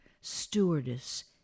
stewardess